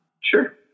Sure